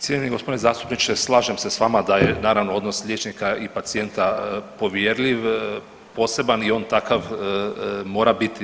Cijenjeni gospodine zastupniče slažem se s vama da je naravno odnos liječnika i pacijenta povjerljiv, poseban i on takav mora biti.